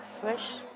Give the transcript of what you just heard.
Fresh